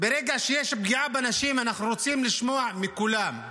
ברגע שיש פגיעה בנשים אנחנו רוצים לשמוע מכולם,